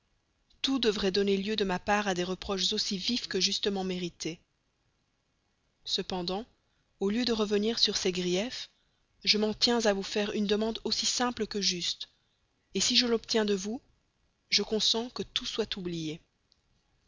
tout devrait donner lieu de ma part à des reproches aussi vifs que justement mérités cependant au lieu de revenir sur ces griefs je m'en tiens à vous faire une demande aussi simple que juste si je l'obtiens de vous je consens que tout soit oublié